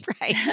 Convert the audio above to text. Right